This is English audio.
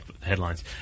headlines